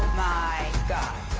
my god.